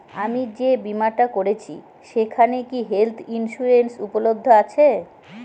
আমি যে বীমাটা করছি সেইখানে কি হেল্থ ইন্সুরেন্স উপলব্ধ আছে?